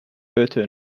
butter